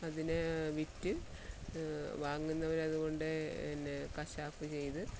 അതിനെ വിറ്റ് വാങ്ങുന്നവർ അത് കൊണ്ടോയി പിന്നെ കശാപ്പു ചെയ്ത്